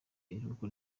iruhuko